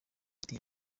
iti